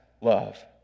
love